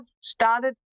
started